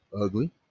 ugly